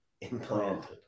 implanted